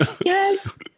Yes